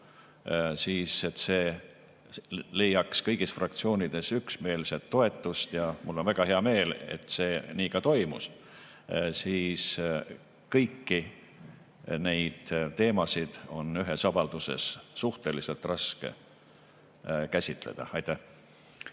et see leiaks kõigis fraktsioonides üksmeelset toetust – mul on väga hea meel, et nii ka toimus –, siis on kõiki teemasid ühes avalduses suhteliselt raske käsitleda. Jah,